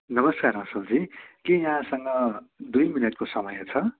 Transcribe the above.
नमस्कार असलजी के यहाँसँग दुई मिनटको समय छ